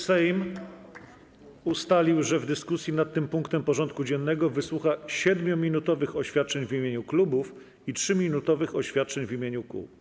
Sejm ustalił, że w dyskusji nad tym punktem porządku dziennego wysłucha 7-minutowych oświadczeń w imieniu klubów i 3-minutowych oświadczeń w imieniu kół.